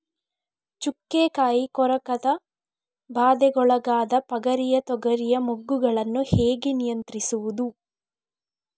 ಚುಕ್ಕೆ ಕಾಯಿ ಕೊರಕದ ಬಾಧೆಗೊಳಗಾದ ಪಗರಿಯ ತೊಗರಿಯ ಮೊಗ್ಗುಗಳನ್ನು ಹೇಗೆ ನಿಯಂತ್ರಿಸುವುದು?